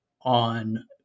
on